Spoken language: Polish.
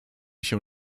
się